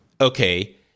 okay